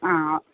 ആ ആ